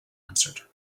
answered